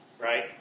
right